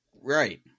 Right